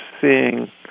seeing